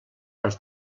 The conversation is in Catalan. per